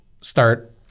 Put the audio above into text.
start